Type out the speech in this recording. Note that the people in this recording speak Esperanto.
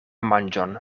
manĝon